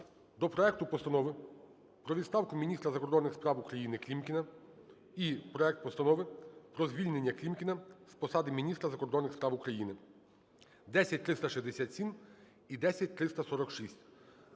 до проекту Постанови про відставку міністра закордонних справ УкраїниКлімкіна і проект Постанови про звільнення Клімкіна з посади міністра закордонних справ України (10367 і 10346).